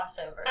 crossover